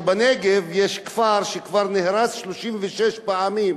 שבנגב יש כפר שכבר נהרס 36 פעמים,